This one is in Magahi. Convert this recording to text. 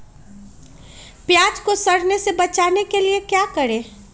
प्याज को सड़ने से बचाने के लिए क्या करें?